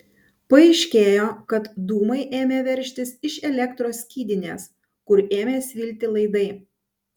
paaiškėjo kad dūmai ėmė veržtis iš elektros skydinės kur ėmė svilti laidai